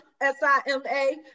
S-I-M-A